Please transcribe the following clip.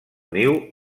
niu